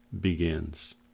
begins